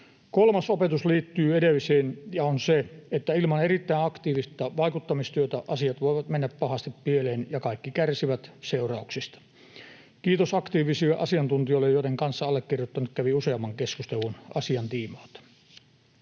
Kolmas opetus liittyy edelliseen ja on se, että ilman erittäin aktiivista vaikuttamistyötä asiat voivat mennä pahasti pieleen ja kaikki kärsivät seurauksista. Kiitos aktiivisille asiantuntijoille, joiden kanssa allekirjoittanut kävi useamman keskustelun asian tiimoilta.